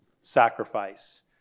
sacrifice